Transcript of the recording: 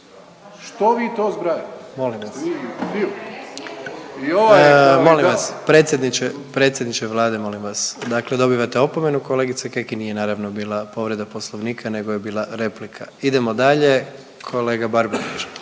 molim vas. Molim vas predsjedniče, predsjedniče Vlade, molim vas. Dakle dobivate opomenu kolegice Kekin. Nije naravno bila povreda Poslovnika nego je bila replika. Idemo dalje, kolega Barbarić.